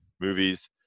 movies